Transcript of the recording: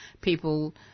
people